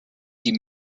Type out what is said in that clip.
die